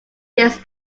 this